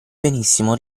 benissimo